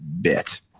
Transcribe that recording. bit